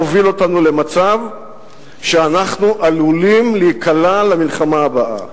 מוביל אותנו למצב שאנחנו עלולים להיקלע למלחמה הבאה.